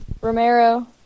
Romero